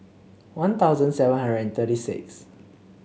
One Thousand seven hundred and thirty six